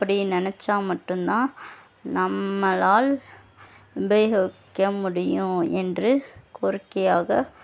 அப்படி நெனச்சா மட்டும் தான் நம்மளால் உபயோகிக்க முடியும் என்று கோரிக்கையாக